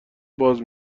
باز